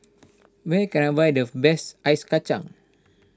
where can I find the best Ice Kacang